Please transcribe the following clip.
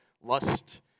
lust